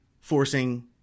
forcing